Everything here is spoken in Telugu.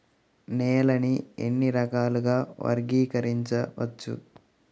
నేలని ఎన్ని రకాలుగా వర్గీకరించవచ్చు?